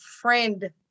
friend